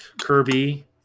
Kirby